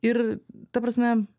ir ta prasme